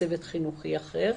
וצוות חינוכי אחר,